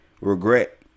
regret